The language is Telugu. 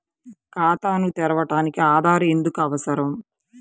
ఖాతాను తెరవడానికి ఆధార్ ఎందుకు అవసరం?